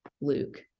Luke